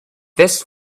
this